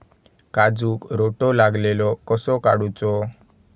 काजूक रोटो लागलेलो कसो काडूचो?